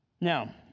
Now